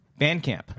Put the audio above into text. Bandcamp